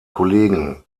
kollegen